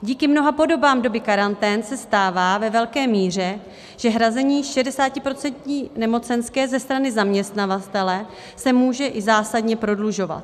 Díky mnoha podobám doby karantén se stává ve velké míře, že hrazení 60procentní nemocenské ze strany zaměstnavatele se může i zásadně prodlužovat.